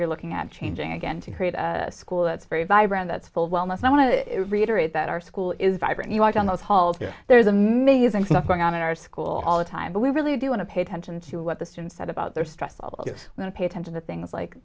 you're looking at changing again to create a school that's very vibrant that's full wellness i want to reiterate that our school is vibrant you walk down the hall here there's amazing stuff going on in our school all the time but we really do want to pay attention to what the students said about their stress level that we don't pay attention to things like